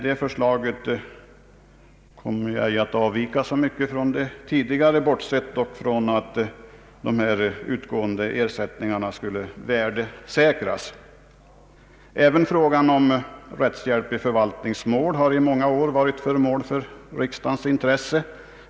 Det förslaget kom emellertid ej att avvika så mycket från det tidigare, bortsett från att de utgående ersättningarna skulle värdesäkras. Även frågan om rättshjälp i förvaltningsmål har under många år varit föremål för riksdagens intresse.